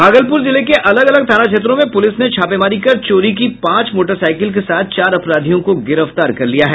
भागलपुर जिले के अलग अलग थाना क्षेत्रों में पुलिस ने छापेमारी कर चोरी की पांच मोटरसाइकिल के साथ चार अपराधियों को गिरफ्तार कर लिया है